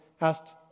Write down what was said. asked